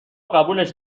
قبولش